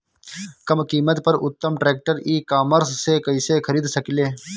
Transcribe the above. कम कीमत पर उत्तम ट्रैक्टर ई कॉमर्स से कइसे खरीद सकिले?